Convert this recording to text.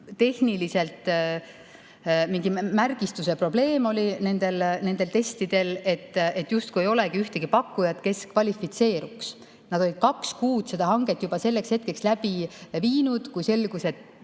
tehniliselt mingi märgistuse probleem nendel testidel. Justkui ei olnudki ühtegi pakkujat, kes kvalifitseeruks. Nad olid kaks kuud seda hanget juba selleks hetkeks läbi viinud, kui selgus, et